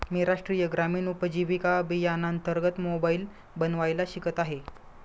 मी राष्ट्रीय ग्रामीण उपजीविका अभियानांतर्गत मोबाईल बनवायला शिकत आहे